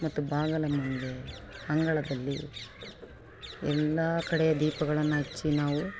ಮತ್ತು ಬಾಗಿಲ ಮುಂದೆ ಅಂಗಳದಲ್ಲಿ ಎಲ್ಲ ಕಡೆ ದೀಪಗಳನ್ನು ಹಚ್ಚಿ ನಾವು